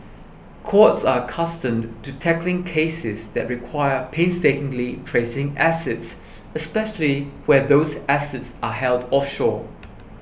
courts are accustomed to tackling cases that require painstakingly tracing assets especially where those assets are held offshore